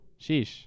Sheesh